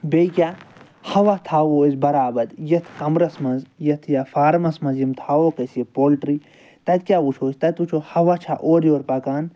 بیٚیہِ کیاہ ہَوا تھاوو أسۍ برابد یتھ کَمرَس مَنٛز یتھ یا فارمَس مَنٛز یِم تھاووکھ أسۍ یہِ پولٹرٛی تتہِ کیٛاہ وٕچھو أسۍ تتہِ وٕچھو ہَوا چھا اورٕ یورٕ پَکان